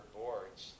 boards